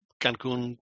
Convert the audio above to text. Cancun